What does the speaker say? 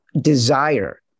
desire